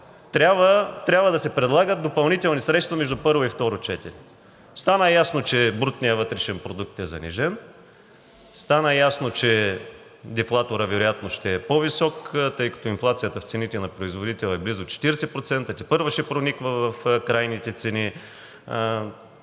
трябва да се предлагат допълнителни средства между първо и второ четене. Стана ясно, че брутният вътрешен продукт е занижен; стана ясно, че дефлаторът вероятно ще е по-висок, тъй като инфлацията в цените на производителя е близо 40% – тепърва ще прониква в крайните цени.